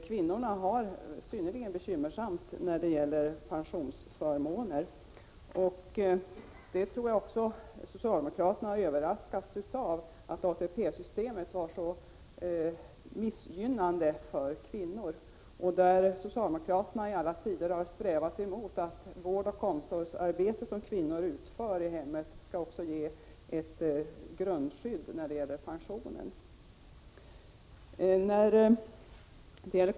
Kvinnorna har det synnerligen bekymmersamt när det gäller pensionsförmåner, och jag tror att också socialdemokraterna har överraskats av att ATP-systemet så har missgynnat kvinnorna. Men socialdemokraterna har i alla tider strävat emot att det vårdoch omsorgsarbete som kvinnor utför i hemmet också skulle ge ett grundskydd när det gäller pensionen.